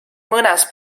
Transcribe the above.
mõnes